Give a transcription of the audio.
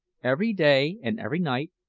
every day and every night,